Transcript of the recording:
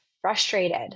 frustrated